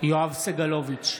יואב סגלוביץ'